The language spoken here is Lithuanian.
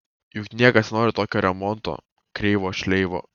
juk niekas nenori tokio remonto kreivo šleivo